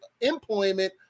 employment